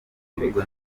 ibigo